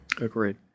Agreed